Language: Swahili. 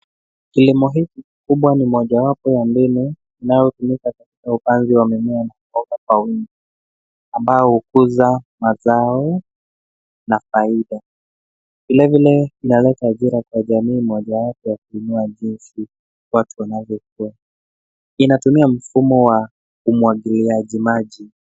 Kilimo hiki kikubwa ni mojawapo ya mbinu inayotumika katika upanzi wa mimea na boga kwa wingi ambayo hukuza mazao na faida. Vile vile inaleta ajira kwa jamii mojawapo ya kuinua jeshi watu wanovyoipea, inatumia mfumo wa umwagiliaji maji.